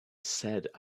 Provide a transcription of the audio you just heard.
said